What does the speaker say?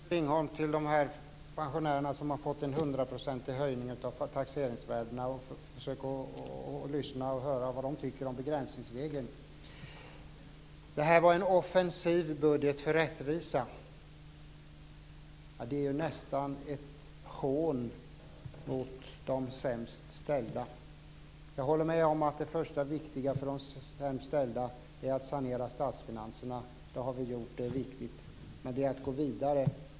Fru talman! Lyssna, Bosse Ringholm, till de pensionärer som har fått en 100-procentig höjning av taxeringsvärdena! Försök att lyssna på vad de tycker om begränsningsregeln. Det här är en offensiv budget för rättvisa, sades det. Det är nästan ett hån mot de sämst ställda. Jag håller med att det första viktiga för de sämst ställda är att sanera statsfinanserna. Det har vi gjort. Det är viktigt. Men det gäller att gå vidare.